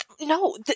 No